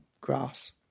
grass